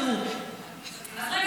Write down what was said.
תראו --- אז רגע,